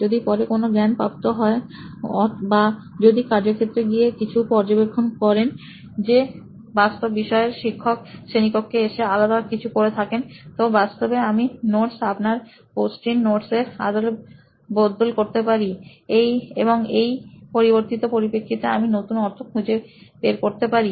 যদি পরে কোনো জ্ঞান প্রাপ্ত হন বা যদি কার্যক্ষেত্রে গিয়ে কিছু পর্যবেক্ষণ করেন যে বাস্তবে বিষয়ের শিক্ষক শ্রেণীকক্ষে এসে আলাদা কিছু করে থাকেন তো বাস্তবে আমি নোটস আপনার পোস্ট ইন নোটস এর অদল বদল করতে পারি এবং এই পরিবর্তি ত পরিপ্রেক্ষিতে আমি নতু ন অর্থ খু জে বের করতে পারি